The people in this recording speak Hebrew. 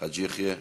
חאג' יחיא,